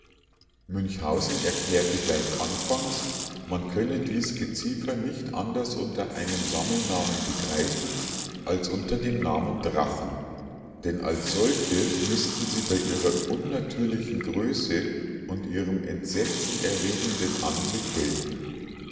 münchhausen erklärte gleich anfangs man könne dies geziefer nicht anders unter einem sammelnamen begreifen als unter dem namen drachen denn als solche müßten sie bei ihrer unnatürlichen größe und ihrem entsetzenerregenden anblick gelten